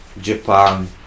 Japan